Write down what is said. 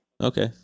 Okay